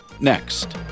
next